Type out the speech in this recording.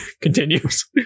continues